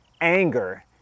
anger